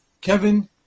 Kevin